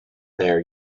there